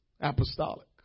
apostolic